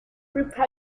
reaper